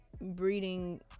Breeding